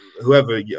whoever